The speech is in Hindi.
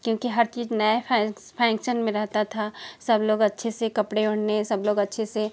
क्योंकि हर चीज नया फैंस फैंग्शन में रहता था सब लोग अच्छे कपड़े ओढ़ने सब लोग अच्छे से